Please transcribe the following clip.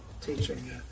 teaching